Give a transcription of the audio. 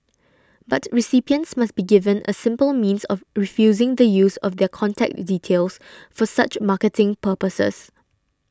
but recipients must be given a simple means of refusing the use of their contact details for such marketing purposes